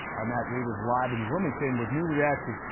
our matt reed is live in wilmington with new reaction.